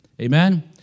Amen